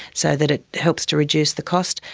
so that it helps to reduce the cost.